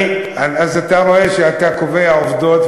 אז אתה רואה שאתה קובע עובדות,